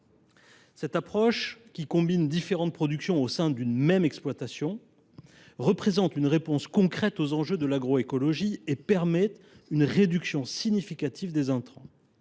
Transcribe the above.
Cette approche, qui combine différentes productions au sein d’une même exploitation, constitue une réponse concrète aux enjeux de l’agroécologie et permet une réduction significative des intrants.